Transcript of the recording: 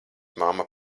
mamma